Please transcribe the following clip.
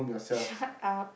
shut up